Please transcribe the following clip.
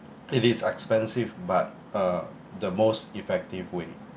it is expensive but uh the most effective way